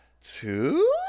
two